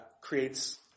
creates